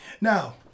Now